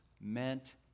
meant